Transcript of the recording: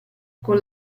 con